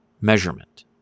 measurement